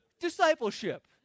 discipleship